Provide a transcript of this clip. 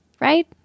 right